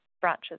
branches